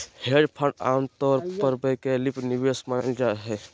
hedge fund आमतौर पर वैकल्पिक निवेश मानल जा हय